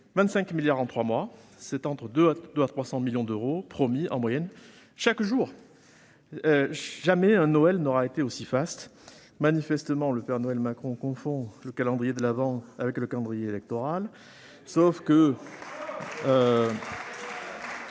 25 milliards d'euros en trois mois, c'est entre 200 et 300 millions d'euros promis en moyenne chaque jour ! Jamais un Noël n'aura été aussi faste ! Manifestement, le père Noël Macron confond le calendrier de l'Avent avec le calendrier électoral. Excellent